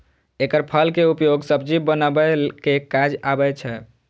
एकर फल के उपयोग सब्जी बनबै के काज आबै छै